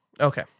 Okay